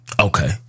Okay